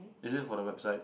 is it for the website